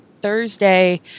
Thursday